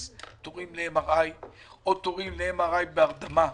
תורים ל-MRI או תורים בהרדמה לילדים.